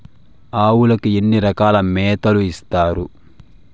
ఆవులకి ఎన్ని రకాల మేతలు ఇస్తారు?